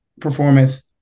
performance